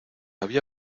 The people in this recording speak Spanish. había